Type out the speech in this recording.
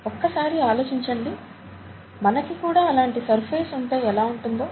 ఒక్కసారి ఆలోచించండి మనకి కూడా అలాటి సర్ఫేస్ ఉంటే ఎలా ఉంటుందో